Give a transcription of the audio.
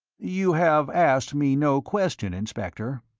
you have asked me no question, inspector.